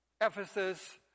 Ephesus